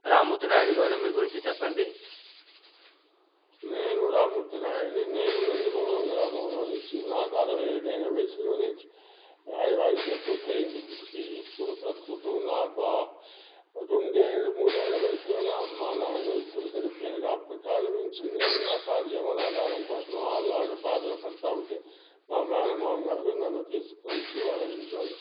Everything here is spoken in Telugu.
రామ్మూర్తి నాయుడు గారు మీ గురించి చెప్పండి నేను రామ్మూర్తి నాయుడుని నేను నందిమంగళం గ్రామంలో నుంచి నాకు అరవై ఐదు ఏళ్ళ వయసులో వయసు పూర్తయింది ఇప్పటికి ఇప్పుడు ప్రస్తుతం నాకు రెండేళ్ళ మూడేళ్ళ వయసులో అమ్మ నాయనా ఇద్దరు చనిపోయారు అప్పటిటాల నుంచి నేను అటా జీవనాధారం కోసం అల్లాడి బాధలు పడతు ఉంటి మా మేనమామ గారు నన్ను తీసుకొని వచ్చి వాళ్ళ ఇంట్లో